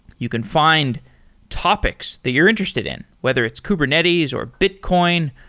you can find topics that you're interested in, whether it's kubernetes, or bitcoin,